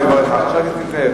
בבקשה.